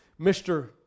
Mr